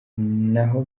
naho